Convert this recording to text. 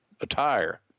attire